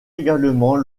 également